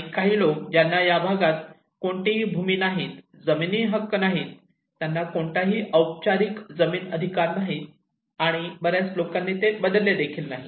काही लोक ज्यांना या भागात कोणतेही भूमी अधिकार नाहीत जमीनी हक्क नाहीत त्यांना कोणतेही औपचारिक जमीन अधिकार नाहीत आणि बर्याच लोकांनी ते बदलले नाहीत